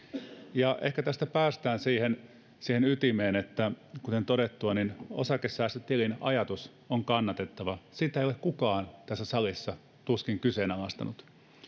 ehkä tästä päästään siihen ytimeen että kuten todettua osakesäästötilin ajatus on kannatettava sitä tuskin on kukaan tässä salissa kyseenalaistanut